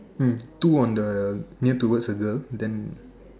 mm two one the near towards the girl then